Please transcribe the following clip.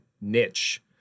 niche